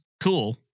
Cool